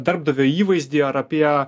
darbdavio įvaizdį ar apie